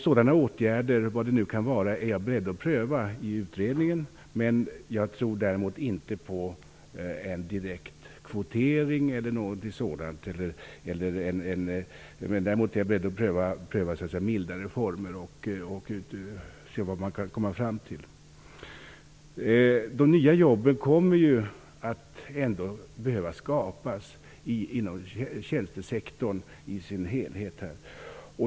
Sådana åtgärder, vad det nu kan vara, är jag beredd att pröva i utredningen. Men jag tror däremot inte på en direkt kvotering eller liknande. Däremot är jag beredd att pröva mildare former för att se vad man kan komma fram till. De nya jobben kommer ju ändå att behöva skapas inom tjänstesektorn i dess helhet.